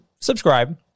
subscribe